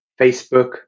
Facebook